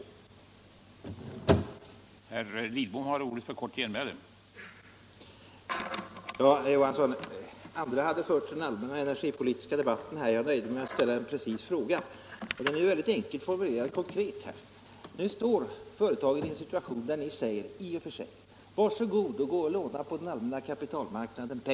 — LL Om den framtida